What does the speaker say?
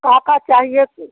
क्या क्या चाहिए फिर